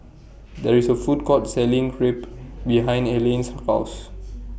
There IS A Food Court Selling Crepe behind Elayne's House